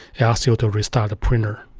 it asks you to restart the printer.